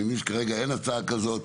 אני מבין שכרגע אין הצעה כזאת.